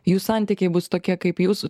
jų santykiai bus tokie kaip jūs